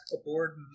aboard